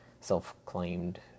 self-claimed